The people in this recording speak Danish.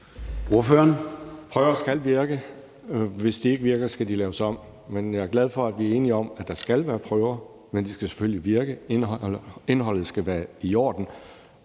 (DF): Prøver skal virke. Hvis de ikke virker, skal de laves om. Men jeg er glad for, at vi er enige om, at der skal være prøver. Men de skal selvfølgelig virke; indholdet skal være i orden.